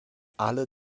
alle